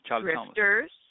Drifters